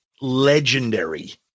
legendary